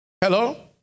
Hello